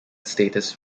status